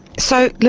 so,